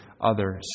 others